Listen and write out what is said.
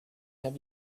have